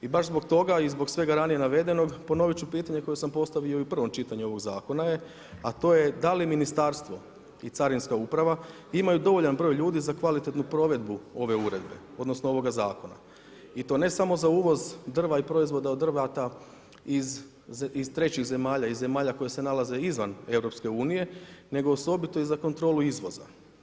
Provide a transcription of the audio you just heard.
I baš zbog toga i zbog svega ranije navedenog ponovit ću pitanje koje sam postavio i u prvom čitanju ovog zakona je, a to je da li ministarstvo i Carinska uprava imaju dovoljan broj ljudi za kvalitetnu provedbu ove uredbe, odnosno ovoga zakona i to ne samo za uvoz drva i proizvoda od drveta iz trećih zemalja, iz zemalja koje se nalaze izvan EU, nego osobito i za kontrolu izvoza.